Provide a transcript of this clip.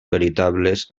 veritables